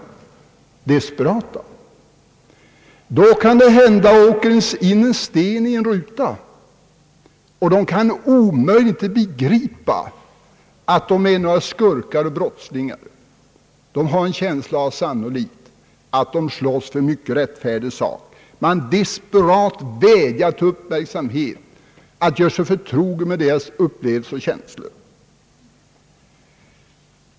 Då kan det hända att det åker in en sten i en ruta, och de kan omöjligen begripa att de därför är några skurkar eller brottslingar. De har sannolikt en känsla av att de slåss för en mycket rättfärdig sak. De vädjar desperat om uppmärksamhet, att vi skall göra oss förtrogna med deras upplevelser och känslor.